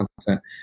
content